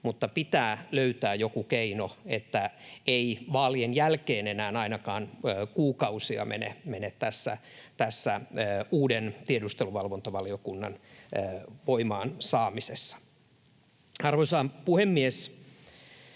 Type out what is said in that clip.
mutta pitää löytää joku keino, että ei vaalien jälkeen enää ainakaan kuukausia mene tässä uuden tiedusteluvalvontavaliokunnan voimaansaamisessa. Arvoisa puhemies!